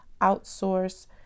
outsource